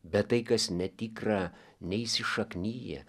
bet tai kas netikra neįsišaknija